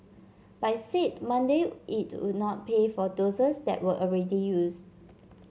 but it said Monday it would not pay for doses that were already used